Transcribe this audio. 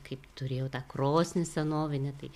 kaip turėjo tą krosnį senovinę tai